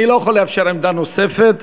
אני לא יכול לאפשר עמדה נוספת.